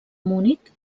munic